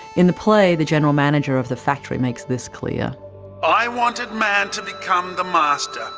in the play, the general manager of the factory makes this clear i wanted man to become the master,